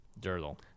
Dirtle